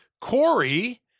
Corey